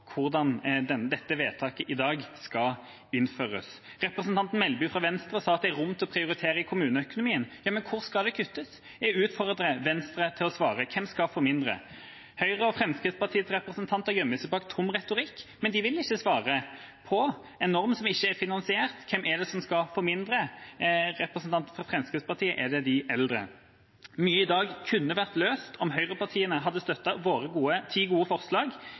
hvordan dette vedtaket i dag skal innføres. Representanten Melby fra Venstre sa at det er rom til å prioritere i kommuneøkonomien. Ja, men hvor skal det kuttes? Jeg utfordrer Venstre til å svare: Hvem skal få mindre? Høyre og Fremskrittspartiets representanter gjemmer seg bak tom retorikk, men om normen som ikke er finansiert, vil de ikke svare på: Hvem er det som skal få mindre, representanten fra Fremskrittspartiet? Er det de eldre? Mye kunne vært løst i dag om høyrepartiene hadde støttet våre ti gode forslag.